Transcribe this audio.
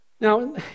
Now